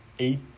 eight